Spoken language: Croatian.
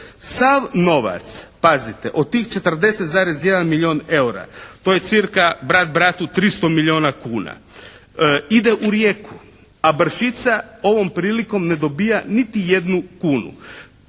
Sav novac od tih 40,1 milijun eura, to je cca 300 milijuna kuna, ide u Rijeku, a Brčica ovom prilikom ne dobija niti jednu kunu.